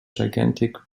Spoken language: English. gigantic